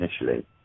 initially